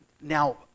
now